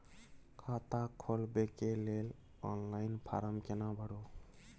खाता खोलबेके लेल ऑनलाइन फारम केना भरु?